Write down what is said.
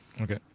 Okay